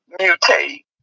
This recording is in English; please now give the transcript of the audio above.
mutate